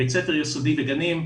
בית ספר יסודי וגנים,